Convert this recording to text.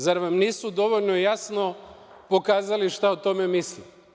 Zar vam nisu dovoljno jasno pokazali šta o tome misle?